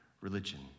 religion